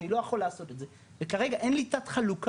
אני לא יכול לעשות את זה וכרגע אין לי תת חלוקה,